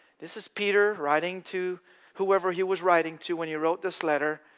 this is peter writing to whoever he was writing to when he wrote this letter.